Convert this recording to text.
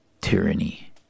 tyranny